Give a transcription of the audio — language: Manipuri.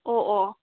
ꯑꯣ ꯑꯣ